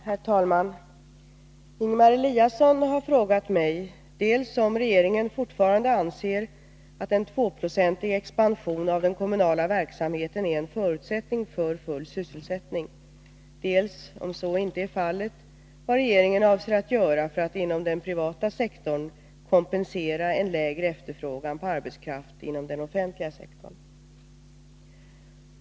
Herr talman! Ingemar Eliasson har frågat mig dels om regeringen fortfarande anser att en 2-procentig expansion av den kommunala verksamheten är en förutsättning för full sysselsättning, dels, om så inte är fallet, vad regeringen avser att göra för att inom den privata sektorn kompensera en lägre efterfrågan på arbetskraft inom den offentliga sektorn.